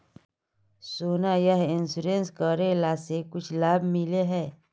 सोना यह इंश्योरेंस करेला से कुछ लाभ मिले है?